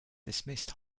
dismissed